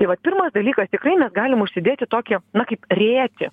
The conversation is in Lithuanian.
tai vat pirmas dalykas tikrai mes galim užsidėti tokį na kaip rėtį